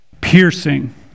piercing